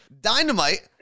Dynamite